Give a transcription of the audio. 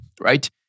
Right